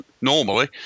normally